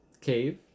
Cave